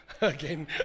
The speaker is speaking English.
Again